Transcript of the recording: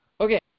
Okay